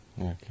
Okay